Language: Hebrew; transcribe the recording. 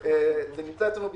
זה נמצא אצלנו בטיפול.